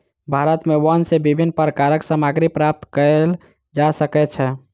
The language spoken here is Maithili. भारत में वन सॅ विभिन्न प्रकारक सामग्री प्राप्त कयल जा सकै छै